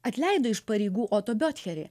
atleido iš pareigų oto biotcherį